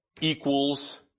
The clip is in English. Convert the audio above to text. equals